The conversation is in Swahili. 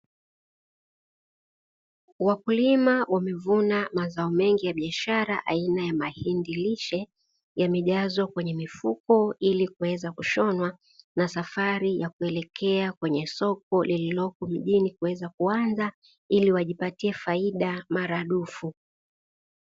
Wakulima wamevuna mazao mengi ya biashara aina ya mahindi lishe yamejazwa kwenye mifuko ili kuweza kushonwa, na safari ya kuelekea kwenye soko lililopo mjini kuweza kuanza ili wajipatie faida mara dufu.